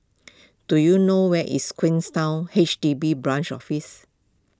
do you know where is H D B Branch Office